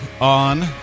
on